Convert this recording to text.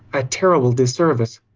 a terrible dis-service.